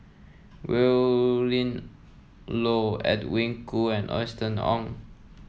Willin Low Edwin Koo and Austen Ong